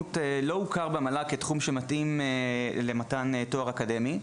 הרנטגנאות לא הוכר במל"ג כתחום שמתאים למתן תואר אקדמי,